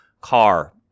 car